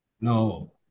No